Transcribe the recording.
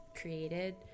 created